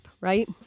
right